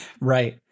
Right